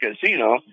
casino